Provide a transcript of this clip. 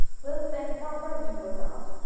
live with aunt atossa he would not.